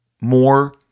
more